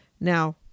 Now